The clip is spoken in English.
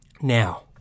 Now